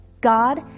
god